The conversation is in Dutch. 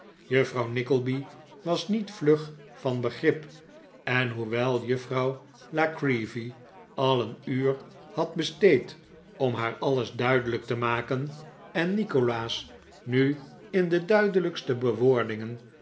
juffrouw nickleby was niet vlug van begrip en hoewel juffrouw la creevy al een uur had besteed om haar alles duidelijk te maken en nikolaas nu in de duidelijkste bewoordingen